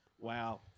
wow